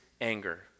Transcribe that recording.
anger